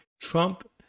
Trump